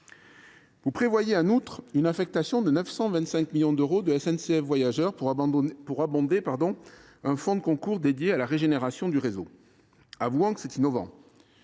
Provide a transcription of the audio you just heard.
vous prévoyez en outre une affectation de 925 millions d’euros issus des bénéfices de SNCF Voyageurs pour abonder un fonds de concours fléché vers la régénération du réseau. Avouons le, c’est innovant